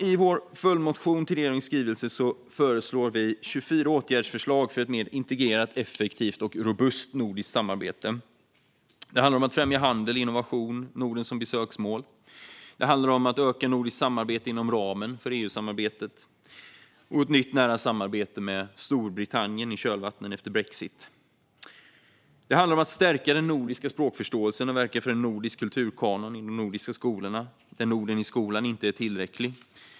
I vår följdmotion till regeringens skrivelse lägger vi fram 24 åtgärdsförslag för ett mer integrerat, effektivt och robust nordiskt samarbete. Det handlar om att främja handel, innovationer och Norden som besöksmål. Det handlar om ett ökat nordiskt samarbete inom ramen för EU-samarbetet och ett nytt nära samarbete med Storbritannien i kölvattnet efter brexit. Det handlar om att stärka den nordiska språkförståelsen och verka för en nordisk kulturkanon i de nordiska skolorna, där Norden i skolan inte är tillräcklig.